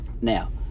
now